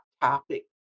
topic